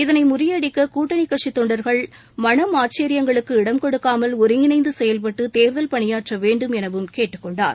இதனை முறியடிக்க கூட்டணி கட்சித் தொண்டர்கள் மனமாச்சரியங்களுக்கு இடம் கொடுக்காமல் ஒருங்கிணைந்து செயல்பட்டு தேர்தல் பணியாற்ற வேண்டும் எனவும் கேட்டுக் கொண்டார்